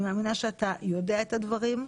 אני מאמינה שאתה יודע את הדברים.